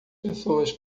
pessoas